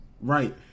Right